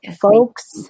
folks